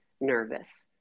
nervous